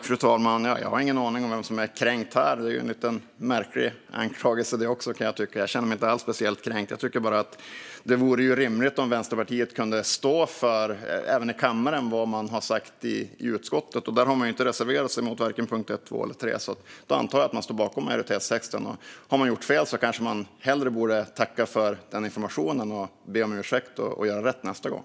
Fru talman! Jag har ingen aning om vem som är kränkt här. Också detta är en lite märklig anklagelse, kan jag tycka. Jag känner mig inte alls speciellt kränkt. Jag tycker bara att det vore rimligt om Vänsterpartiet även i kammaren kunde stå för vad man har sagt i utskottet. Där har man ju inte reserverat sig mot punkt 1, 2 eller 3, så jag antar att man står bakom majoritetstexten. Har man gjort fel kanske man borde tacka för informationen, be om ursäkt och göra rätt nästa gång.